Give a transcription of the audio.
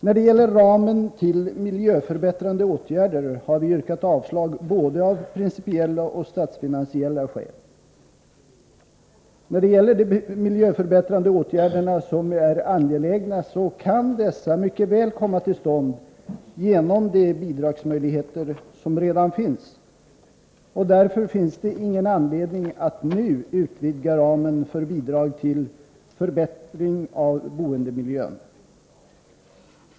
När det gäller ramen för miljöförbättrande åtgärder har vi yrkat avslag — både av principiella och av statsfinansiella skäl. När det gäller de miljöförbättrande åtgärder som är angelägna kan dessa mycket väl komma till stånd genom de bidragsmöjligheter som redan finns, och därför finns det ingen anledning att nu utvidga ramen för bidrag till förbättring av boendemiljön.